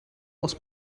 aus